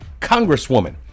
congresswoman